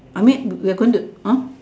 I mean we are going to [huh]